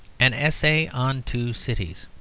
an essay on two cities.